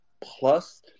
plus